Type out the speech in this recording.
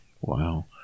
wow